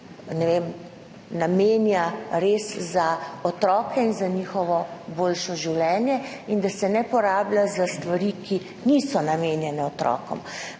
namenja za otroke in za njihovo boljše življenje, da se ne porablja za stvari, ki niso namenjene otrokom.